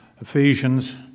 Ephesians